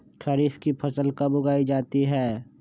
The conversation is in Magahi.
खरीफ की फसल कब उगाई जाती है?